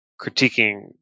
critiquing